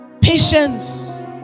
patience